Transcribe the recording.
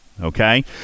Okay